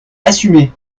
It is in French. assumez